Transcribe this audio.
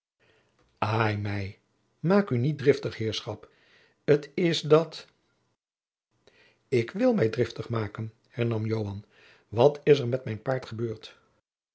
ai mij maôk oe niet driftig heerschop t is dat ik wil mij driftig maken hernam joan wat is er met mijn paard gebeurd